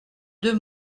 deux